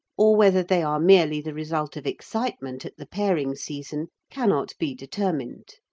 or whether they are merely the result of excitement at the pairing season cannot be determined.